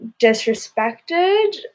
disrespected